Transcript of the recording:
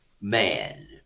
man